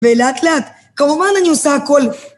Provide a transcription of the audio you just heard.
ולאט-לאט, כמובן אני עושה הכל!